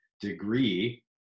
degree